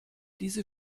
diese